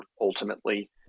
ultimately